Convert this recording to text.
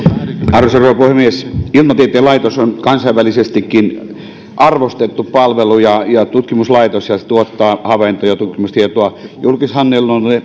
arvoisa rouva puhemies ilmatieteen laitos on kansainvälisestikin arvostettu palvelu ja tutkimuslaitos ja se tuottaa havaintoja ja tutkimustietoa julkishallinnon